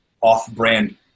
off-brand